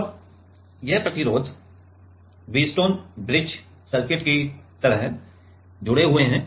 अब ये प्रतिरोधक व्हीटस्टोन ब्रिज सर्किट की तरह जुड़े हुए हैं